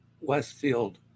Westfield